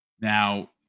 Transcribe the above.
Now